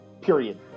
Period